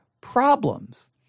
problems